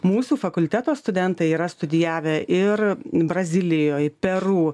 mūsų fakulteto studentai yra studijavę ir brazilijoj peru